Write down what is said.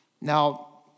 now